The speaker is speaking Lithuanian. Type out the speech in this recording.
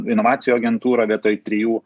inovacijų agentūrą vietoj trijų